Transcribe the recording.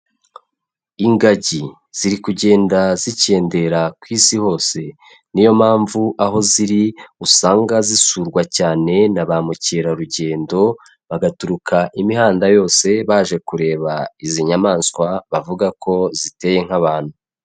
Ingagi ziri kugenda zikendera ku isi hose, ni yo mpamvu aho ziri usanga zisurwa cyane na ba mukerarugendo, bagaturuka imihanda yose baje kureba izi nyamaswa bavuga ko ziteye nk'abantu.